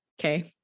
okay